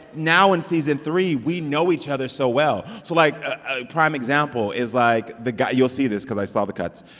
now, in season three, we know each other so well. so like a prime example is, like, the guy you'll see this because i saw the cuts.